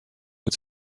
its